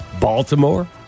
Baltimore